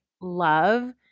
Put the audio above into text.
love